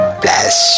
bless